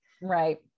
Right